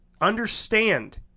Understand